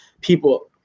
people